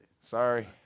Sorry